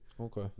Okay